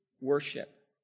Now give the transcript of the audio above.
worship